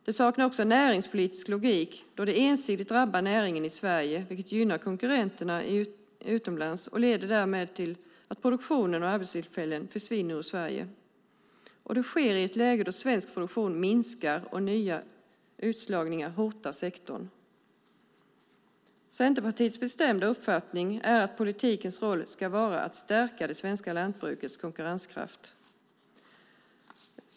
Det saknar näringspolitisk logik då det ensidigt drabbar näringen i Sverige, vilket gynnar konkurrenter utomlands, och därmed leder till att produktion och arbetstillfällen försvinner från Sverige. Och det sker i ett läge då svensk produktion minskar och ny utslagning hotar sektorn. Det är Centerpartiets bestämda uppfattning att politikens roll ska vara att stärka det svenska lantbrukets konkurrenskraft.